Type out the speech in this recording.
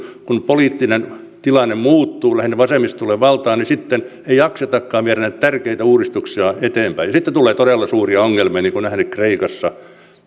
poliittinen tilanne muuttuu lähinnä siten että vasemmisto tulee valtaan niin sitten ei jaksetakaan viedä näitä tärkeitä uudistuksia eteenpäin sitten tulee todella suuria ongelmia niin kuin on nähty kreikassa